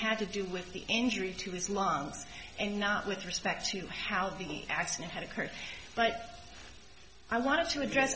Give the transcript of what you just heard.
had to do with the injury to his lungs and not with respect to how the accident had occurred but i want to address